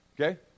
okay